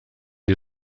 die